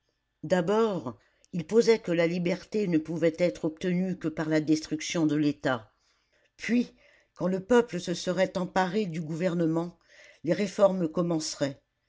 d'abord il posait que la liberté ne pouvait être obtenue que par la destruction de l'état puis quand le peuple se serait emparé du gouvernement les réformes commenceraient